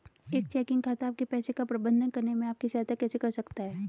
एक चेकिंग खाता आपके पैसे का प्रबंधन करने में आपकी सहायता कैसे कर सकता है?